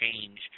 change